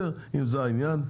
אם זה העניין,